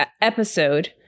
episode